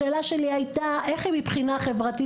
השאלה שלי הייתה: איך היא מבחינה חברתית?